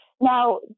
Now